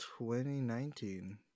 2019